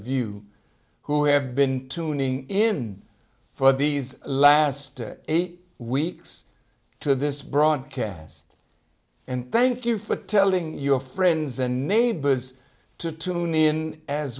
you who have been tuning in for these last eight weeks to this broadcast and thank you for telling your friends and neighbors to tune in as